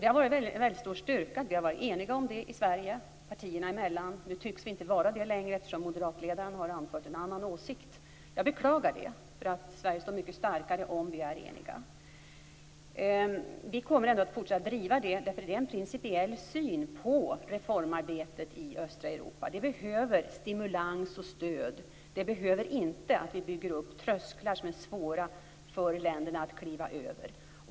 Det har varit en väldigt stor styrka att vi har varit eniga om detta i Sverige partierna emellan. Nu tycks vi inte vara det längre, eftersom moderatledaren har anfört en annan åsikt. Jag beklagar det. Sverige står mycket starkare om vi är eniga. Vi kommer ändå att fortsätta att driva den linjen. Det handlar om en principiell syn på reformarbetet i östra Europa. Det behöver stimulans och stöd. Det behöver inte att vi bygger upp trösklar som är svåra för länderna att kliva över.